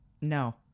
no